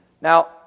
Now